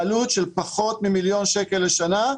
בעלות של פחות ממיליון שקל לשנה,